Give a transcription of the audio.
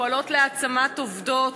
פועלות להעצמת עובדות,